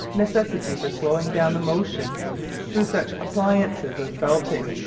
necessity for slowing down the motion through such appliances as belting,